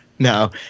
No